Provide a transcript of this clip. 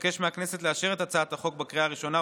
אבקש מהכנסת לאשר את הצעת החוק בקריאה הראשונה,